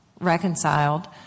reconciled